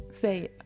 Say